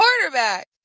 quarterback